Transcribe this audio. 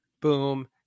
Boom